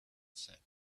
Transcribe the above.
said